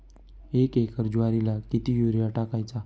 एक एकर ज्वारीला किती युरिया टाकायचा?